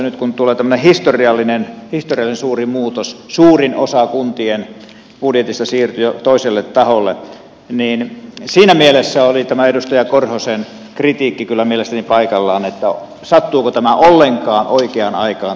nyt kun tulee tämmöinen historiallinen suuri muutos suurin osa kuntien budjetista siirtyi jo toiselle taholle niin siinä mielessä oli kyllä mielestäni paikallaan tämä edustaja korhosen kritiikki sattuuko tämä tehty valtionosuusuudistus ollenkaan oikeaan aikaan